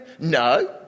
No